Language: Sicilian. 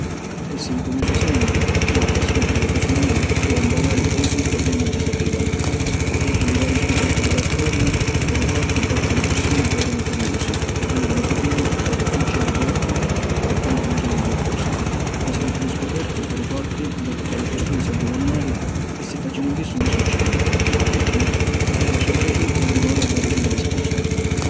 Essiri curiusi sempri porta a scopriri cosi novi o a mparari cosi ca prima 'un si sapivanu. Tutti li varî scoperti di la storia foru fattu grazî a li pirsuni ca eranu curiusi e vulivanu sapiri zoccu succedi doppu e comu funzionanu li cosi. Quasi tutti li scoperti foru fatti doppu ca li pirsuni si addumannaru: ‘e si facemu chissu chi succedi?’; ‘Pirchì?’. E adaciu adaciu arrivaru a darisi na risposta.